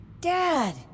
Dad